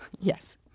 Yes